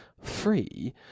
free